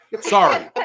Sorry